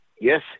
Yes